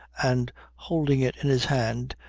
and holding it in his hand,